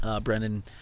Brendan